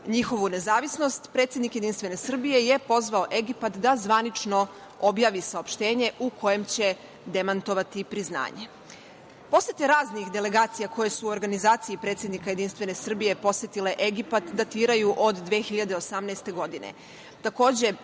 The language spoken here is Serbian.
njihovu nezavisnost, predsednik JS je pozvao Egipat da zvanično objavi saopštenje u kojem će demantovati priznanje. Posete raznih delegacije koje su u organizaciji predsednika JS posetile Egipat datiraju od 2018. godine.